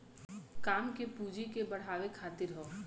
काम के पूँजी के बढ़ावे खातिर हौ